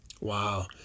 Wow